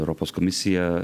europos komisija